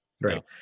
Right